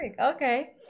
Okay